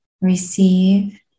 receive